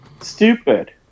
Stupid